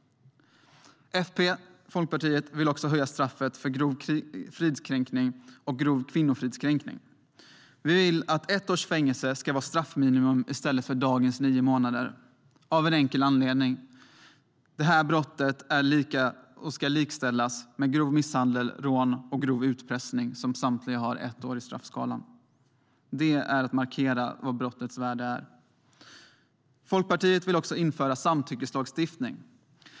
Folkpartiet vill också höja straffet för grov fridskränkning och grov kvinnofridskränkning. Vi vill att ett års fängelse ska vara straffminimum i stället för dagens nio månader. Det finns en enkel anledning. Brottet ska likställas med grov misshandel, rån och grov utpressning, som samtliga har ett år i straffskalan. Det är att markera brottets värde. Folkpartiet vill också införa en samtyckeslagstiftning.